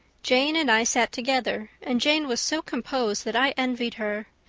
jane and i sat together and jane was so composed that i envied her.